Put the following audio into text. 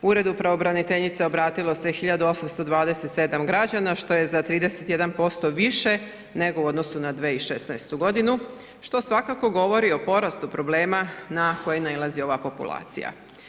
Uredu pravobraniteljice obratilo se 1827 građana što je za 31% više nego u odnosu na 2016. godinu što svakako govori o porastu problema na koje nailazi ova populacija.